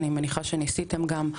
אני מניחה שגם ניסיתם.